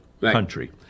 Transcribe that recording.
country